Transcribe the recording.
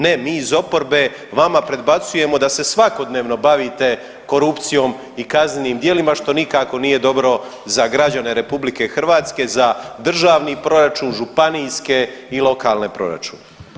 Ne, mi iz oporbe vama predbacujemo da se svakodnevno bavite korupcijom i kaznenim djelima što nikako nije dobro za građane RH, za državni proračun, županijske i lokalne proračune.